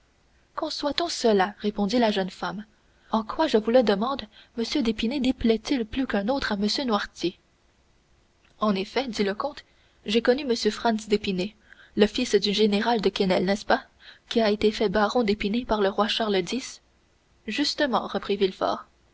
conçoit-on cela répondit la jeune femme en quoi je vous le demande m d'épinay déplaît il plus qu'un autre à m noirtier en effet dit le comte j'ai connu m franz d'épinay le fils du général de quesnel n'est-ce pas qui a été fait baron d'épinay par le roi charles x justement reprit